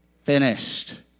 finished